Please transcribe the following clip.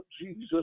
Jesus